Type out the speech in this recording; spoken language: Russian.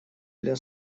для